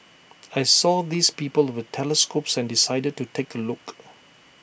I saw these people with the telescopes and decided to take A look